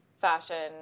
fashion